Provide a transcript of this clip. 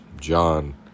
John